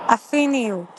אפיניות